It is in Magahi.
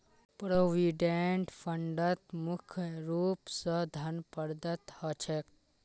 प्रोविडेंट फंडत मुख्य रूप स धन प्रदत्त ह छेक